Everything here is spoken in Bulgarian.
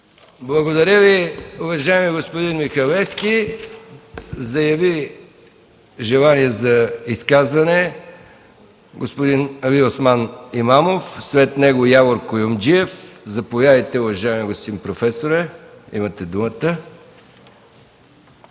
Благодаря Ви, уважаеми господин Михалевски. Желание за изказване заяви господин Алиосман Имамов, след него Явор Куюмджиев. Заповядайте, уважаеми господин професоре, имате думата.